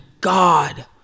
god